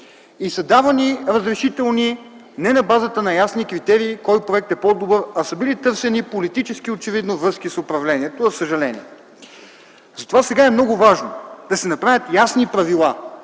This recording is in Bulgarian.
Давани са разрешителни не на базата на ясни критерии – кой проект е по-добър, а са били търсени политически очевидно връзки с управлението, за съжаление. Затова сега е много важно да се направят ясни правила,